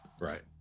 Right